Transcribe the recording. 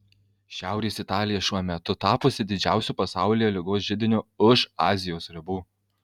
šiaurės italija šiuo metu tapusi didžiausiu pasaulyje ligos židiniu už azijos ribų